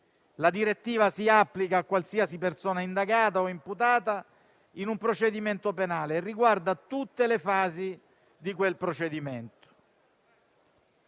La direttiva si applica a qualsiasi persona indagata o imputata in un procedimento penale e riguarda tutte le fasi di quel procedimento.